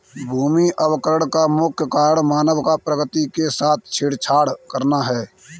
भूमि अवकरण का मुख्य कारण मानव का प्रकृति के साथ छेड़छाड़ करना है